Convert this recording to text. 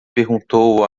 perguntou